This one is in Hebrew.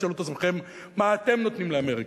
תשאלו את עצמכם מה אתם נותנים לאמריקה.